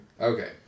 Okay